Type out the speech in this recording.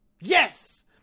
Yes